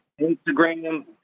Instagram